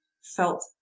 felt